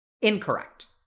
Incorrect